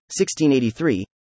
1683